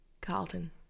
Carlton